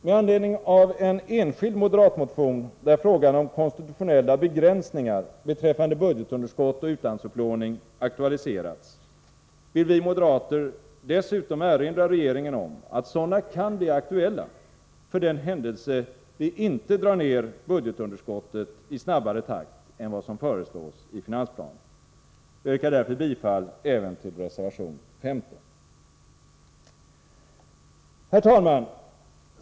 Med anledning av en enskild moderatmotion, där frågan om konstitutionella begränsningar beträffande budgetunderskottet och utlandsupplåningen aktualiserats, vill vi moderater dessutom erinra regeringen om att sådana kan bli aktuella för den händelse budgetunderskottet inte dras ned i snabbare takt än vad som föreslås i finansplanen. Jag yrkar därför bifall även till reservation nr 15. Herr talman!